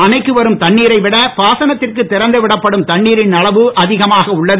அணைக்கு வரும் தண்ணீரைவிட பாசனத்திற்கு திறந்து விடப்படும் தண்ணீரின் அளவு அதிகமாக உள்ளது